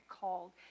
called